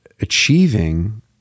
achieving